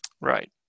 Right